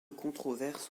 controverse